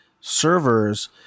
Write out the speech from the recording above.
servers